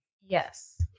Yes